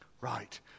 Right